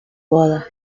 boda